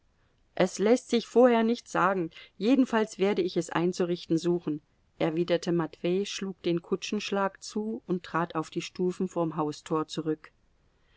es läßt sich vorher nicht sagen jedenfalls werde ich es einzurichten suchen erwiderte matwei schlug den kutschenschlag zu und trat auf die stufen vorm haustor zurück